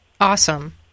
Awesome